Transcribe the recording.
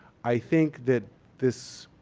i think that this